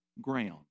ground